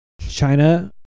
China